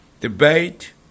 debate